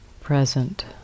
present